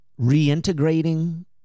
reintegrating